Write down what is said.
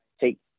take